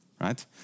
right